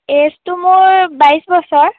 এইজটো মোৰ বাইছ বছৰ